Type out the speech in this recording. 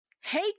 hey